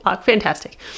Fantastic